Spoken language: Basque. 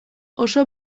oso